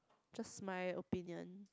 just my opinion